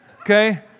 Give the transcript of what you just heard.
Okay